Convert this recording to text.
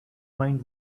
mind